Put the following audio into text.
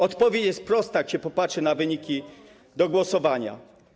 Odpowiedź jest prosta, jak się popatrzy na wyniki głosowania.